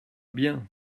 bien